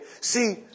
see